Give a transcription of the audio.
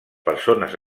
persones